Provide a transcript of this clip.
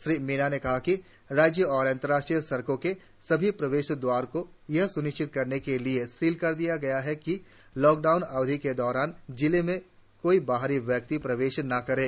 श्री मीणा ने कहा कि राज्य अंतर्राष्ट्रीय सड़कों के सभी प्रवेश द्वार को यह स्निश्चित करने के लिए सील कर दिया गया है कि लॉकडाऊन अवधि के दौरान जिले में कोई बाहरी व्यक्ति प्रवेश न करे